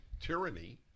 tyranny